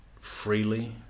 freely